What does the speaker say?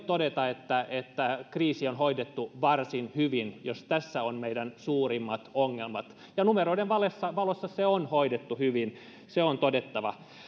todeta että että kriisi on hoidettu varsin hyvin jos tässä ovat meidän suurimmat ongelmat ja numeroiden valossa valossa kriisi on hoidettu hyvin se on todettava